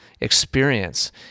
experience